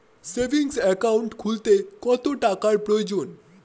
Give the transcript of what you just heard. Savings account খুলতে কত টাকার প্রয়োজন?